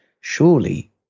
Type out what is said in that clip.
surely